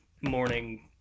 morning